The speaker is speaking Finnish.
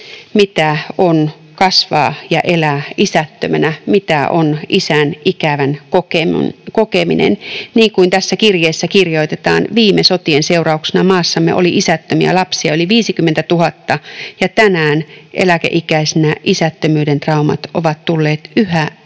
mitä on kasvaa ja elää isättömänä, mitä on isän ikävän kokeminen. Niin kuin tässä kirjeessä kirjoitetaan, viime sotien seurauksena maassamme oli isättömiä lapsia yli 50 000 ja tänään eläkeikäisinä isättömyyden traumat ovat tulleet yhä enemmän